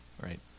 Right